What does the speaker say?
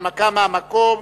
הנמקה מהמקום.